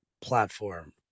platform